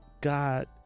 God